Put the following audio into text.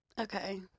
Okay